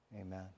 Amen